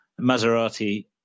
Maserati